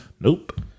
Nope